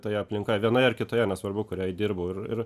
toje aplinkoj vienoje ar kitoje nesvarbu kurioj dirbau ir ir